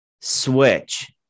switch